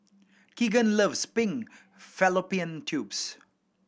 Kegan loves pig fallopian tubes